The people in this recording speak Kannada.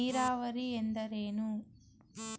ನೀರಾವರಿ ಎಂದರೇನು?